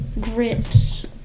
grips